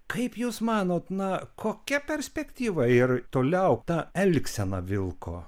kaip jūs manot na kokia perspektyva ir toliau ta elgsena vilko